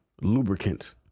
lubricant